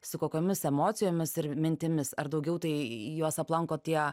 su kokiomis emocijomis ir mintimis ar daugiau tai juos aplanko tie